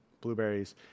blueberries